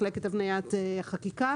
עם מחלקת הבניית החקיקה